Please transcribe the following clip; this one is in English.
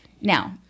Now